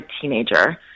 teenager